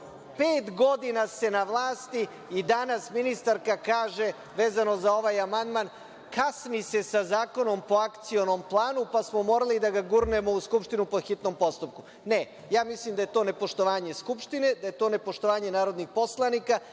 godina ste na vlasti i danas ministarka kaže, vezano za ovaj amandman, kasni se sa zakonom po akcionom planu, pa smo morali da ga gurnemo u Skupštinu po hitnom postupku. Ne, ja mislim da je to nepoštovanje Skupštine, da je to nepoštovanje narodnih poslanika,